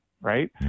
right